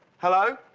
hello?